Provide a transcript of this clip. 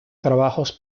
trabajos